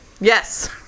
Yes